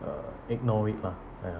uh ignore it lah ya